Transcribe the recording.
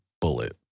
Bullet